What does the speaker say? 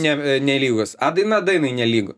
ne nelygus a daina dainai nelygu